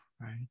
Right